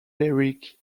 lyric